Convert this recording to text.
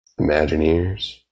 Imagineers